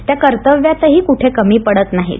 त्या कर्तव्यातही कोठे कमी पडत नाहीत